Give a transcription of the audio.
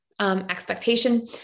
Expectation